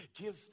give